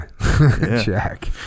Jack